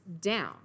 down